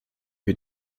wir